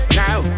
now